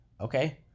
Okay